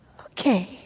Okay